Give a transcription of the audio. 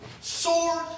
sword